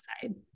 side